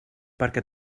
perquè